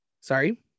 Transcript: Sorry